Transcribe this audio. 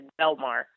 Belmar